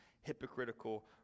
hypocritical